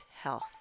health